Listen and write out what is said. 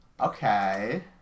Okay